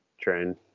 train